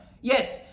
yes